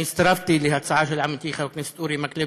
אני הצטרפתי להצעה של עמיתי חבר הכנסת אורי מקלב,